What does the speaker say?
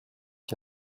die